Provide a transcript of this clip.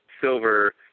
silver